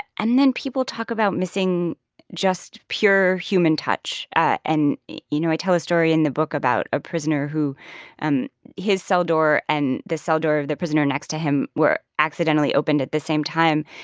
and then people talk about missing just pure human touch. and you know, i tell a story in the book about a prisoner who and his cell door and the cell door of the prisoner next to him were accidentally opened at the same time.